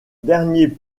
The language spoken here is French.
dernier